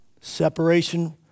separation